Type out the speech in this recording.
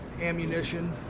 ammunition